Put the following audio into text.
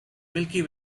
milky